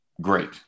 Great